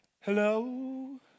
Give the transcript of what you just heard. hello